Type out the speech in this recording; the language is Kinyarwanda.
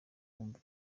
umva